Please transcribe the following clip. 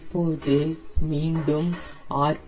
இப்போது மீண்டும் ஆர்